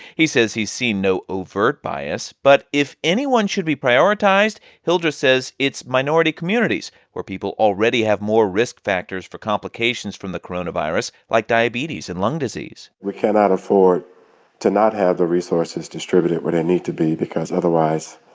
he says he's seen no overt bias, but if anyone should be prioritized, hildreth says, it's minority communities, where people already have more risk factors for complications from the coronavirus, like diabetes and lung disease we cannot afford to not have the resources distributed where they need to be because, otherwise,